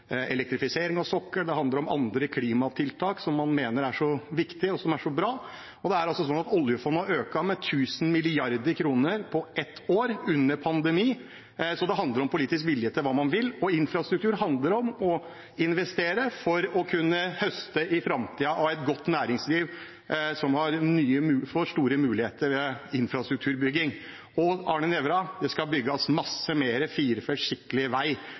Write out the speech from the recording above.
elektrifisering av sokkelen, det handler om andre klimatiltak som man mener er så viktig og bra. Oljefondet har økt med 1 000 mrd. kr på ett år under en pandemi, så det handler om politisk vilje til hva man vil. Infrastruktur handler om å investere for å kunne høste i framtiden og ha et godt næringsliv som får store muligheter etter infrastrukturbygging. Og til Arne Nævra: Det skal bygges mye mer firefelts skikkelig vei,